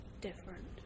different